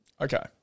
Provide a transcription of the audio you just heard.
Okay